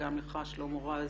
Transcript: גם לך שלמה רז,